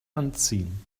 anziehen